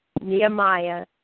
Nehemiah